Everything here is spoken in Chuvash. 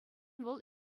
вӑл